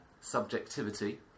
Subjectivity